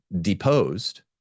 deposed